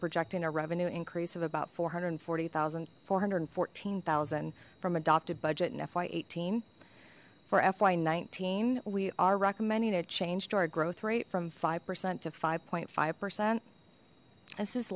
projecting a revenue increase of about four hundred and forty thousand four hundred and fourteen thousand from adopted budget in fy eighteen for fy nineteen we are recommending a change to our growth rate from five percent to five point five percent